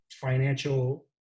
financial